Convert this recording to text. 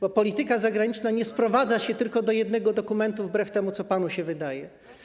Bo polityka zagraniczna nie sprowadza się tylko do jednego dokumentu, wbrew temu, co panu się wydaje.